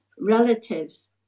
relatives